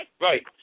Right